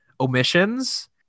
Omissions